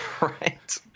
Right